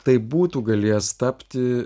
tai būtų galėjęs tapti